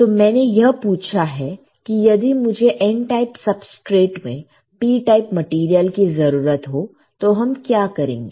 तो मैंने यह पूछा है कि यदि मुझे N टाइप सबस्ट्रेट में P टाइप मटेरियल की जरूरत हो तो हम क्या करेंगे